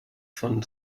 von